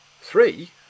three